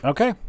Okay